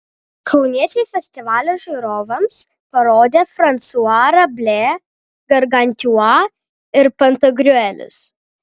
kauniečiai festivalio žiūrovams parodė fransua rablė gargantiua ir pantagriuelis